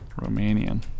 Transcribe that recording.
Romanian